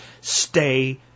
stay